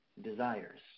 desires